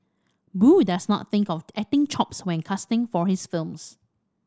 boo does not think of acting chops when casting for his films